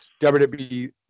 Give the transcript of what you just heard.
WWE